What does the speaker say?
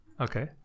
okay